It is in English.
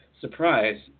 surprise